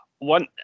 One